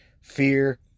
fear